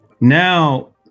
now